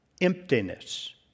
Emptiness